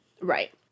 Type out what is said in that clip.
Right